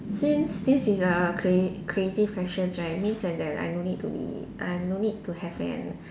since this is a cre~ creative questions right means that I don't need to I don't need to have an